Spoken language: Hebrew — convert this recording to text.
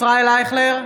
ישראל אייכלר,